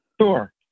Sure